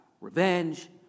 revenge